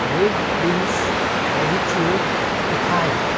red beans radicchio pitaya